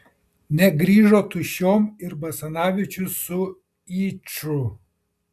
negrįžo tuščiom ir basanavičius su yču